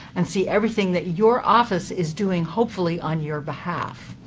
and see everything that your office is doing hopefully on your behalf.